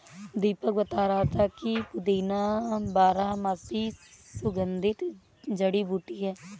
दीपक बता रहा था कि पुदीना बारहमासी सुगंधित जड़ी बूटी है